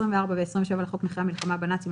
24 ו-27 לחוק נכי המלחמה בנאצים,